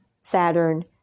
Saturn